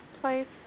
place